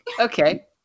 okay